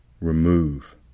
remove